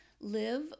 live